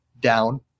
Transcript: down